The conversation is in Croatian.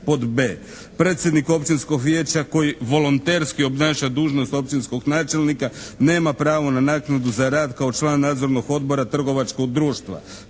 Pod b): predsjednik općinskog vijeća koji volonterski obnaša dužnost općinskog načelnika nema pravo na naknadu za rad kao član Nadzornog odbora trgovačkog društva.